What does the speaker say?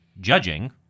judging